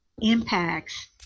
impacts